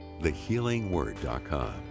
thehealingword.com